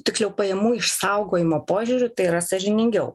tiksliau pajamų išsaugojimo požiūriu tai yra sąžiningiau